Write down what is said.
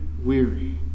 weary